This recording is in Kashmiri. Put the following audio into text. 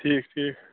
ٹھیٖک ٹھیٖک